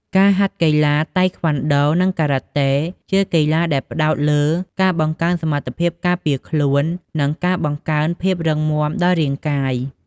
ការហាត់កីឡាតៃខ្វាន់ដូ និងការ៉ាតេ ជាកីឡាដែលផ្តោតលើការបង្កើនសមត្ថភាពការពារខ្លួន និងការបង្កើនភាពរឹងមាំដល់រាងកាយ។